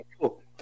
cool